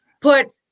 put